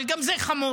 אבל גם זה חמור,